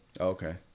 Okay